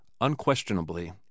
Unquestionably